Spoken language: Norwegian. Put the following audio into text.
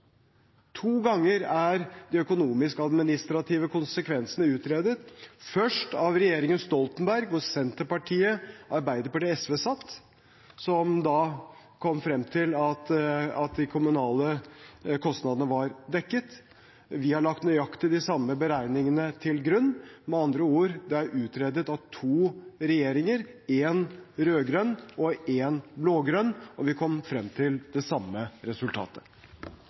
To ganger er de økonomisk-administrative konsekvensene utredet – først av regjeringen Stoltenberg, hvor Senterpartiet, Arbeiderpartiet og SV satt, og som kom frem til at de kommunale kostnadene var dekket. Og vi har lagt nøyaktig de samme beregningene til grunn. Det er med andre ord utredet av to regjeringer – én rød-grønn og én blå-grønn – og vi kom frem til det samme resultatet.